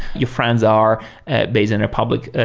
your friends are based on a public